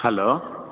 hello